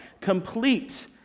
Complete